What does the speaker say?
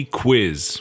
quiz